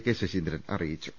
K Saseendran അറിയിച്ചു